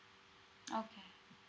okay